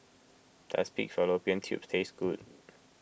does Pig Fallopian Tubes taste good